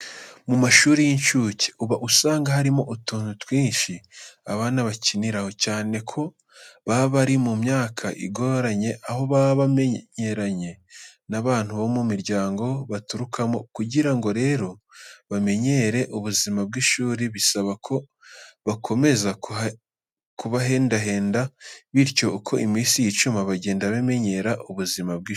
Mu mashuri y'incuke uba usanga harimo utuntu twinshi abana bakiniraho, cyane ko baba bari mu myaka igoranye, aho baba bamenyeranye n'abantu bo mu miryango baturukamo. Kugira ngo rero bamenyere ubuzima bw'ishuri, bisaba ko bakomeza kubahendahenda, bityo uko iminsi yicuma bagenda bamenyera ubuzima bw'ishuri.